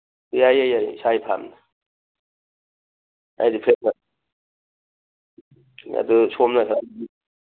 ꯌꯥꯏꯌꯦ ꯌꯥꯏꯌꯦ ꯏꯁꯥꯒꯤ ꯐꯥꯝꯅꯦ ꯍꯥꯏꯗꯤ ꯑꯗꯨ ꯁꯣꯝꯅ